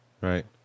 right